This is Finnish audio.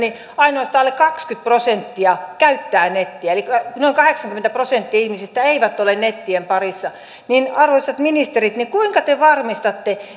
ainoastaan alle kaksikymmentä prosenttia käyttää nettiä eli noin kahdeksankymmentä prosenttia näistä ihmisistä ei ole netin parissa arvoisat ministerit kuinka te varmistatte